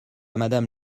madame